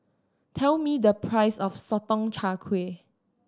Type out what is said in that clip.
tell me the price of Sotong Char Kway